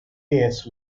lewis